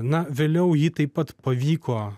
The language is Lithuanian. na vėliau jį taip pat pavyko